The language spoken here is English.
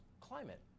climate